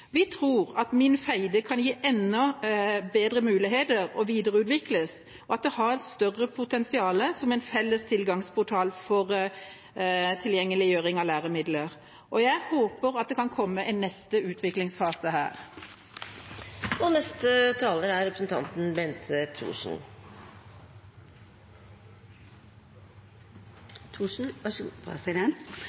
Vi tror at minfeide.no kan gi enda bedre muligheter og videreutvikles, og at det har et større potensial som en felles tilgangsportal for tilgjengeliggjøring av læremidler. Jeg håper det kan komme en neste utviklingsfase her.